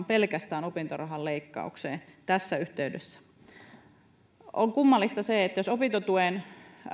pelkästään opintorahan leikkaukseen tässä yhteydessä se on kummallista jos opintotuen